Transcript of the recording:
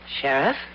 Sheriff